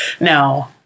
No